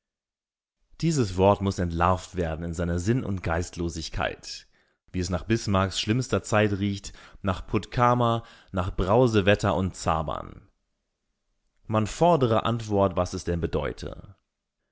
dieses wort muß entlarvt werden in seiner sinn und geistlosigkeit wie es nach bismarcks schlimmster zeit riecht nach puttkamer nach brausewetter und zabern man fordere antwort was es denn bedeute